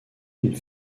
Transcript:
d’une